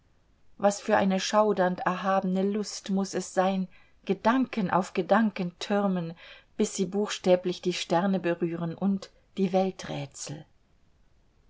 was für eine schaudernd erhabene lust muß es sein gedanken auf gedanken türmen bis sie buchstäblich die sterne berühren und die